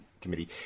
Committee